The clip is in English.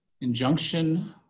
injunction